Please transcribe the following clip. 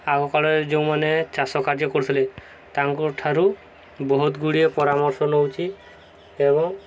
ଆଗକାଳରେ ଯେଉଁମାନେ ଚାଷ କାର୍ଯ୍ୟ କରୁଥିଲେ ତାଙ୍କଠାରୁ ବହୁତ ଗୁଡ଼ିଏ ପରାମର୍ଶ ନେଉଛି ଏବଂ